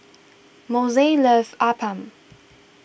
Moshe loves Appam